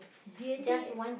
D-and-T